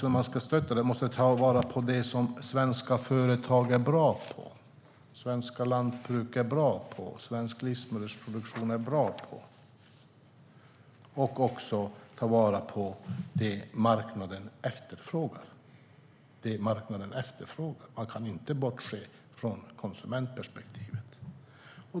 När man ska stötta måste man också ta vara på det som svenska företag, svenska lantbruk och svensk livsmedelsproduktion är bra på och också ta vara på det som marknaden efterfrågar. Man kan inte bortse från konsumentperspektivet.